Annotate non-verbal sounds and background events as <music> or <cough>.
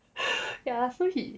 <breath> ya so he